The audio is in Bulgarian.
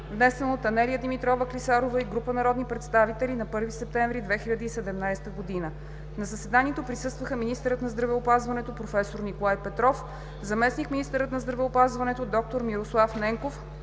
внесен от Анелия Димитрова Клисарова и група народни представители на 1 септември 2017 г. На заседанието присъстваха: министърът на здравеопазването професор Николай Петров, заместник-министърът на здравеопазването д-р Мирослав Ненков,